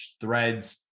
threads